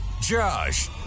Josh